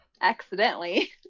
accidentally